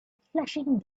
flashing